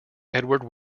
edward